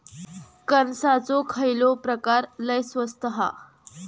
कणसाचो खयलो प्रकार लय स्वस्त हा?